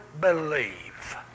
believe